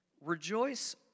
rejoice